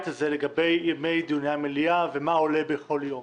הזה לגבי דיוני המליאה ומה עולה בכל יום.